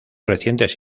recientes